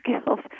skills